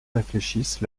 réfléchissent